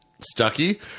Stucky